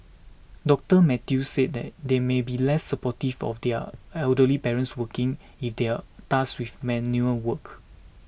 Doctor Mathew said that they may be less supportive of their elderly parents working if they are tasked with menial work